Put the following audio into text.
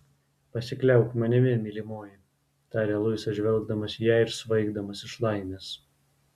pasikliauk manimi mylimoji tarė luisas žvelgdamas į ją ir svaigdamas iš laimės